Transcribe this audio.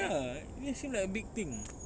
ya it just seem like a big thing